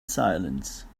silence